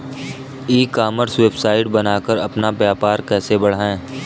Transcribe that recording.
ई commerce website बनाकर अपना व्यापार कैसे बढ़ाएँ?